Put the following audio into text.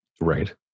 Right